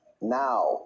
Now